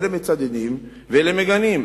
אלה מצדדים ואלה מגנים,